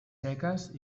seques